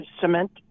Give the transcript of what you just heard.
cement